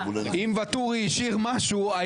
רביזיות, מצביעים על החוק.